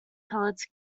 pellets